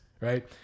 right